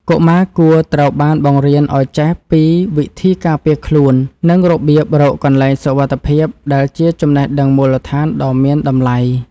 កុមារគួរត្រូវបានបង្រៀនឱ្យចេះពីវិធីការពារខ្លួន និងរបៀបរកកន្លែងសុវត្ថិភាពដែលជាចំណេះដឹងមូលដ្ឋានដ៏មានតម្លៃ។